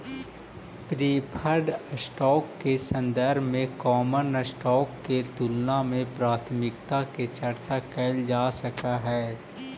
preferred stock के संदर्भ में कॉमन स्टॉक के तुलना में प्राथमिकता के चर्चा कैइल जा सकऽ हई